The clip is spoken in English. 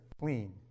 clean